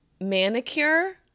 manicure